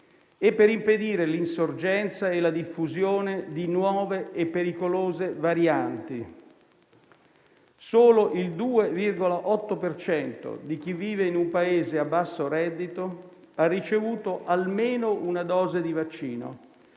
e per impedire l'insorgenza e la diffusione di nuove e pericolose varianti. Solo il 2,8 per cento di chi vive in un Paese a basso reddito ha ricevuto almeno una dose di vaccino,